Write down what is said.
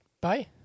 Bye